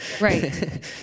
Right